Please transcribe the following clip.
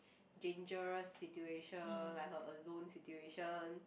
dangerous situation like her alone situation